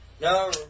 No